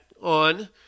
on